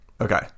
Okay